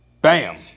BAM